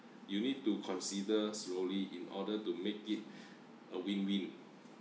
you need to consider slowly in order to make it a win-win